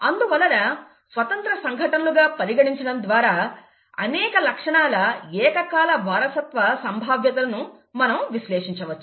అందువలన స్వతంత్ర సంఘటనలుగా పరిగణించడం ద్వారా అనేక లక్షణాల ఏకకాల వారసత్వ సంభావ్యతను మనం విశ్లేషించవచ్చు